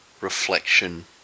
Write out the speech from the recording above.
reflection